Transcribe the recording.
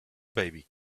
baby